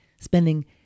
spending